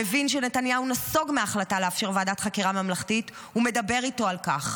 מבין שנתניהו נסוג מההחלטה לאפשר ועדת חקירה ממלכתית ומדבר איתו על כך.